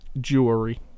jewelry